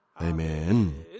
Amen